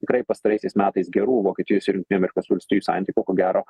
tikrai pastaraisiais metais gerų vokietijos ir jungtinių amerikos valstijų santykių ko gero